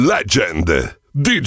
Legend